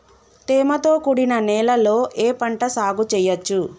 తేమతో కూడిన నేలలో ఏ పంట సాగు చేయచ్చు?